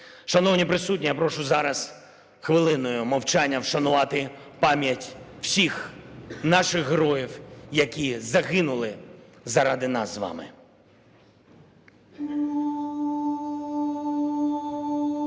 Шановні присутні, я прошу зараз хвилиною мовчання вшанувати пам'ять всіх наших героїв, які загинули заради нас із вами.